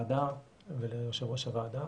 לוועדה וליושבת ראש הוועדה.